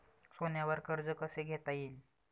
सोन्यावर कर्ज कसे घेता येईल?